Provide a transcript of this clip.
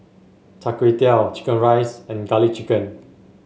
Char Kway Teow chicken rice and garlic chicken